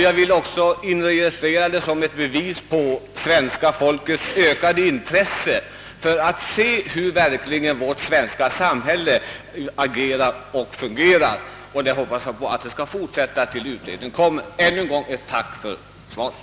Jag betraktar det som ett bevis på svenska folkets ökade intresse för att se hur vårt samhälle fungerar, och det hoppas jag skall fortsätta. Jag ber än en gång att få tacka för svaret.